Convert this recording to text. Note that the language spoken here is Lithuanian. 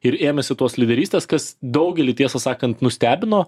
ir ėmėsi tos lyderystės kas daugelį tiesą sakant nustebino